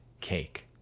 cake